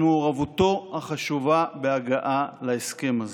על מעורבותו החשובה בהגעה להסכם הזה.